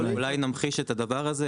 אולי נמחיש את הדבר הזה,